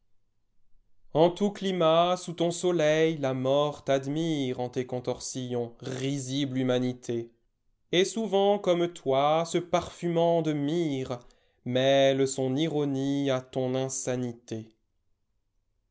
en tout climat sous ton soleil la mort t'admireen tes contorsions risible humanité et souvent comme toi se parfumant de myrrhe mêle son ironie à ton insanité